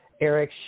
Eric